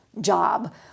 job